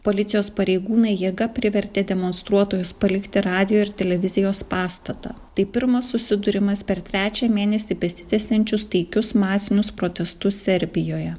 policijos pareigūnai jėga privertė demonstruotojus palikti radijo ir televizijos pastatą tai pirmas susidūrimas per trečią mėnesį besitęsiančius taikius masinius protestus serbijoje